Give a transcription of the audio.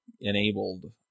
enabled